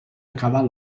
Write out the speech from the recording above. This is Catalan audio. acabar